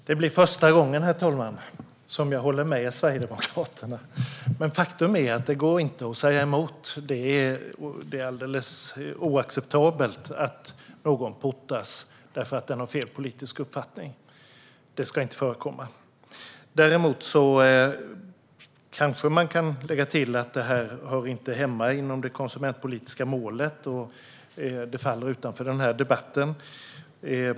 Herr talman! Detta blir första gången jag håller med Sverigedemokraterna. Faktum är att det inte går att säga emot. Det är alldeles oacceptabelt att någon portas för att den har fel politisk uppfattning. Det ska inte förekomma. Däremot kanske man kan lägga till att detta inte hör hemma inom det konsumentpolitiska målet och faller utanför den här debatten.